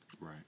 Right